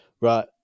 right